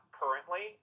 currently